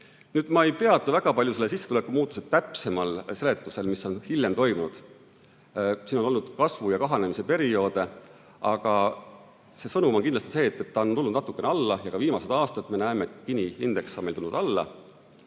Ma ei peatu väga palju sissetulekumuutuse täpsemal seletusel, mis on hiljem toimunud. Siin on olnud kasvu ja kahanemise perioode. Aga see sõnum on kindlasti see, et ta on tulnud natukene alla. Me näeme, et ka viimastel aastatel on Gini indeks meil tulnud alla.